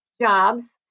jobs